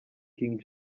king